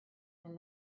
when